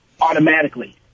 automatically